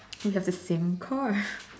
it has the same car